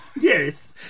Yes